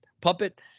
Puppet